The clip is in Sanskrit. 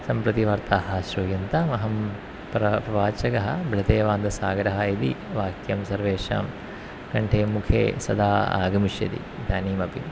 संप्रतिवार्ताः श्रूयन्ताम् अहं प्रवाचकः बलदेवानन्दसागरः इति वाक्यं सर्वेषां कण्ठे मुखे सदा आगमिष्यति इदानीमपि